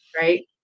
Right